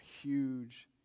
huge